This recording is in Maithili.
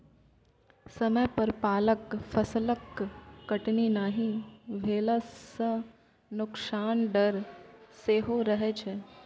समय पर पाकल फसलक कटनी नहि भेला सं नोकसानक डर सेहो रहै छै